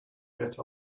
get